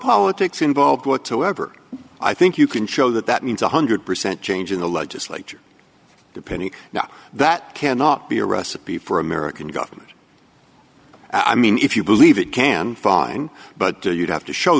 politics involved whatsoever i think you can show that that means one hundred percent change in the legislature depending now that cannot be a recipe for american government i mean if you believe it can fine but you'd have to show